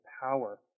power